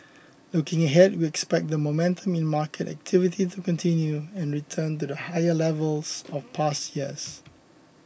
looking ahead we expect the momentum in market activity to continue and return to higher levels of past years